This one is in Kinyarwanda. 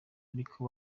ariko